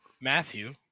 Matthew